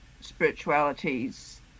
spiritualities